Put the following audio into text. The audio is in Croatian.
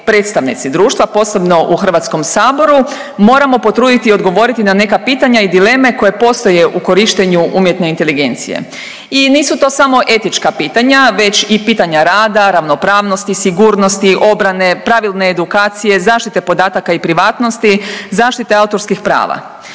predstavnici društva posebno u Hrvatskom saboru moramo potruditi odgovoriti na neka pitanja i dileme koje postoje u korištenju umjetne inteligencije. I nisu to samo etička pitanja već i pitanja rada, ravnopravnosti, sigurnosti, obrane, pravilne edukacije, zaštite podataka i privatnosti, zaštite autorskih prava.